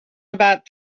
about